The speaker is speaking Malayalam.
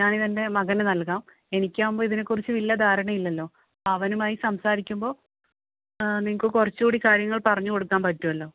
ഞാനിതെൻ്റെ മകന് നൽകാം എനിക്ക് ആകുമ്പോൾ ഇതിനെ കുറിച്ച് വലിയ ധാരണ ഇല്ലല്ലോ അവനുമായി സംസാരിക്കുമ്പോൾ നിങ്ങൾക്ക് കുറച്ചും കൂടി കാര്യങ്ങൾ പറഞ്ഞ് കൊടുക്കാൻ പറ്റുവല്ലോ